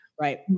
Right